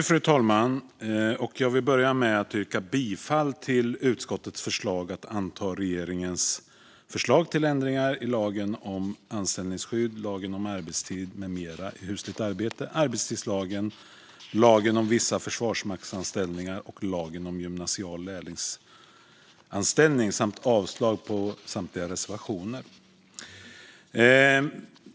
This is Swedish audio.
Fru talman! Jag vill börja med att yrka bifall till utskottets förslag om att anta regeringens förslag till ändringar i lagen om anställningsskydd, lagen om arbetstid med mera i husligt arbete, arbetstidslagen, lagen om vissa försvarsmaktsanställningar och lagen om gymnasial lärlingsanställning samt avslag på samtliga reservationer.